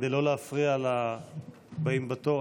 כדי לא להפריע לבאים בתור,